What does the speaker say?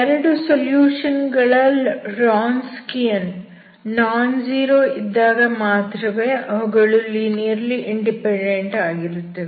2 solution ಗಳ Wronskian non zero ಇದ್ದಾಗ ಮಾತ್ರವೇ ಅವುಗಳು ಲೀನಿಯರ್ಲಿ ಇಂಡಿಪೆಂಡೆಂಟ್ ಆಗಿರುತ್ತವೆ